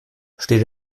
steht